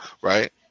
right